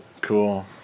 Cool